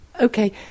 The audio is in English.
Okay